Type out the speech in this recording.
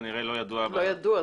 לא ידוע כנראה.